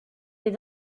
des